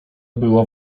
była